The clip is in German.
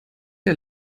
der